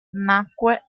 nacque